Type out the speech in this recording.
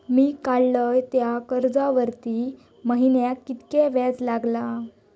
मी काडलय त्या कर्जावरती महिन्याक कीतक्या व्याज लागला?